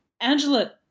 Angela